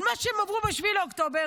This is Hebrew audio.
על מה שהם עברו ב-7 באוקטובר,